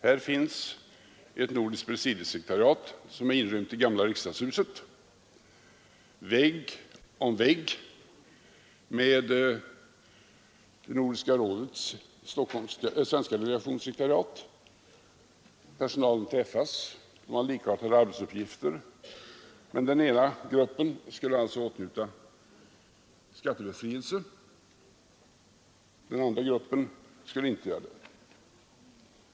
Här finns ett nordiskt presidiesekretariat som är inrymt i gamla riksdagshuset väg i vägg med Nordiska rådets svenska delegationssekretariat. Personalen träffas, de har likartade arbetsuppgifter, men den ena gruppen skulle alltså åtnjuta skattebefrielse, medan den andra inte skulle göra det.